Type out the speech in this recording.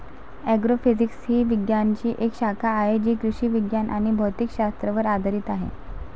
agrophysics ही विज्ञानाची एक शाखा आहे जी कृषी विज्ञान आणि भौतिक शास्त्रावर आधारित आहे